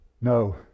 No